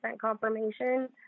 confirmation